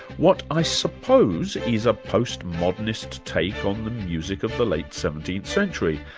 what i suppose is a post modernist take on the music of the late seventeenth century.